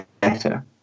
better